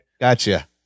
gotcha